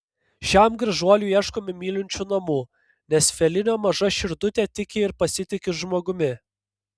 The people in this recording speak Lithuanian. šiam gražuoliui ieškome mylinčių namų nes felinio maža širdutė tiki ir pasitiki žmogumi